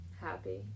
happy